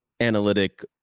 analytic